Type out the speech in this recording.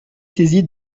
saisie